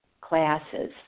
classes